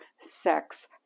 sex